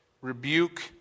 rebuke